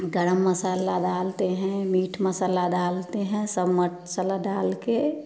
गरम मसाला डालते हैं मीट मसाला डालते हैं सब मसाला डाल के